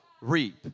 reap